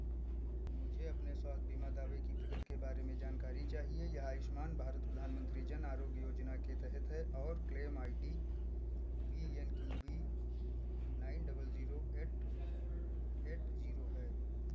मुझे अपने स्वास्थ बीमा दावे की प्रगति के बारे में जानकारी चाहिए यह आयुष्मान भारत प्रधानमंत्री जन आरोग्य योजना के तहत है और claim I D V N Q B nine double zero eight eight zero है